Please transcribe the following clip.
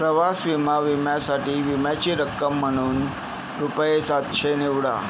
प्रवास विमा विम्यासाठी विम्याची रक्कम म्हणून रुपये सातशे निवडा